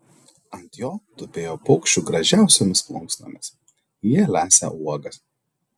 ant jo tupėjo paukščių gražiausiomis plunksnomis jie lesė uogas